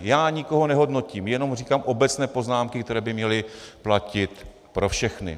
Já nikoho nehodnotím, jenom říkám obecné poznámky, které by měly platit pro všechny.